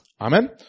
Amen